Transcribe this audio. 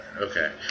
Okay